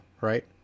right